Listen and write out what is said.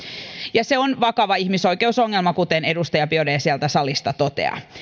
se on vakava ihmisoikeusongelma kuten edustaja biaudet sieltä salista toteaa